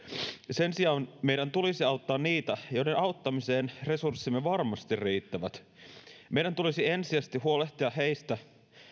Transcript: sen sijaan meidän tulisi auttaa niitä joiden auttamiseen resurssimme varmasti riittävät meidän tulisi ensisijaisesti huolehtia heistä